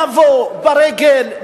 לבוא ברגל,